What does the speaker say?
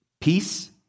Peace